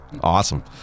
awesome